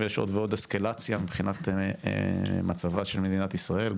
ויש עוד ועוד אסקלציה מבחינת מצבה של מדינת ישראל,